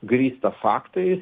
grįsta faktais